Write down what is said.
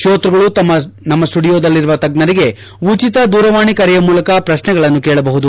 ಶೋತೃಗಳು ನಮ್ಮ ಸ್ವುಡಿಯೋದಲ್ಲಿರುವ ತಜ್ಞರಿಗೆ ಉಚಿತ ದೂರವಾಣಿ ಕರೆಯ ಮೂಲಕ ಪ್ರಶ್ನೆಗಳನ್ನು ಕೇಳ ಬಹುದು